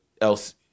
else